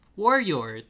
warrior